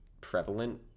prevalent